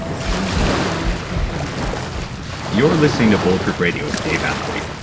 ah stage of high performance you're listening to bulletproof radio with dave asprey.